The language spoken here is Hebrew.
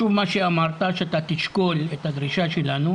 אתה אומר שגם הבוגרים, שכבר עובדים כמה שנים,